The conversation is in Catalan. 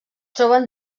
troben